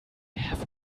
have